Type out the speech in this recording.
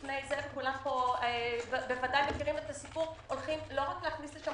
וכולם מכירים את הסיפור - הולכים להכניס לשם